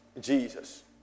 Jesus